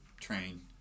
train